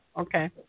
Okay